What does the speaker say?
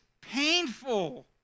painful